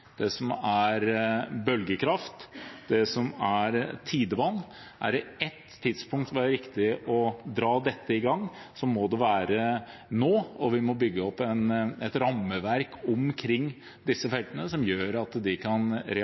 det som er bølgekraft, det som er tidevann. Er det ett tidspunkt som er viktig å dra dette i gang på, må det være nå, og vi må bygge opp et rammeverk omkring disse feltene som gjør at de kan